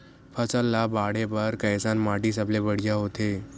फसल ला बाढ़े बर कैसन माटी सबले बढ़िया होथे?